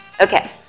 Okay